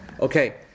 Okay